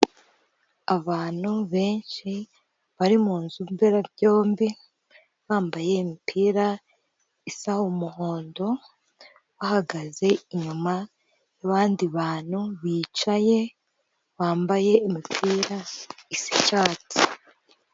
Abantu benshi bari munzu mberabyombi bambaye imipira isa umuhondo bahagaze inyuma y'abandi bantu bicaye bambaye imipira isa icyatsi.